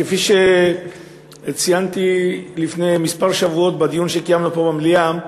כפי שציינתי לפני כמה שבועות בדיון שקיימנו פה במליאה,